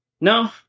no